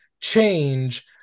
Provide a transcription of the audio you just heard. change